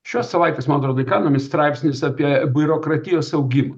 šios savaitės man atrodo economist straipsnis apie biurokratijos augimą